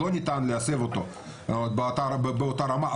שלא ניתן להסב אותו באותה רמה.